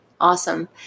Awesome